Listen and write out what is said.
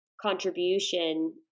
contribution